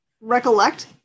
recollect